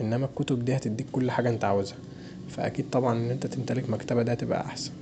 اننا المتب دي هتديك كل حاجه انت عاوزها فأكيد طبعا ان انت تمتلك مكتبه دي هتبقي احسن.